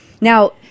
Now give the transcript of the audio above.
Now